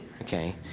Okay